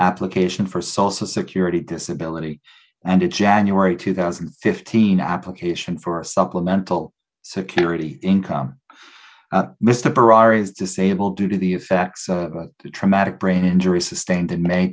application for salsa security disability and its january two thousand and fifteen application for a supplemental security income mr berar is disabled due to the effects of traumatic brain injury sustained in may